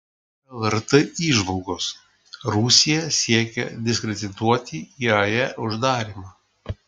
lrt įžvalgos rusija siekia diskredituoti iae uždarymą